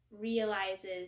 realizes